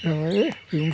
जाबाय दे